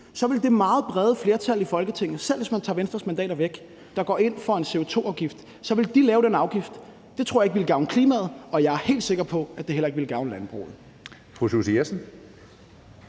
ville det meget brede flertal i Folketinget, selv hvis man tager Venstres mandater væk, der går ind for en CO2-afgift, lave den anden afgift. Det tror jeg ikke ville gavne klimaet, og jeg er helt sikker på, at det heller ikke ville gavne landbruget.